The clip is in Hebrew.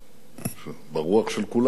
ברוח של כולנו,